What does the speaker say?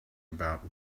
about